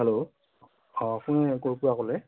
hello অঁ কোনে ক'ৰ পৰা ক'লে